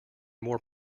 more